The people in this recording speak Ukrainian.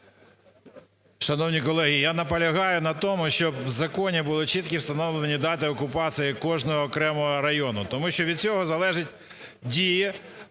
Шановні колеги, я наполягаю на тому, щоб в законі були чіткі встановлені дати окупації кожного окремого району, тому що від цього залежить дія